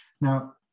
Now